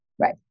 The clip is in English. Right